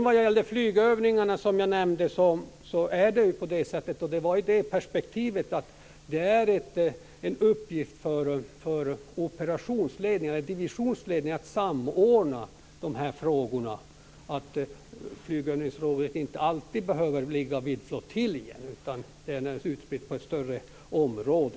Jag nämnde flygövningarna i det perspektivet att det är en uppgift för divisionsledningen att samordna de här frågorna. Flygövningsområdet behöver inte alltid ligga vid flottiljen, utan det är naturligtvis ett större område.